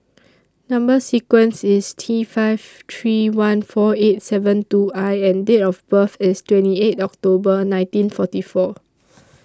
Number sequence IS T five three one four eight seven two I and Date of birth IS twenty eight October nineteen forty four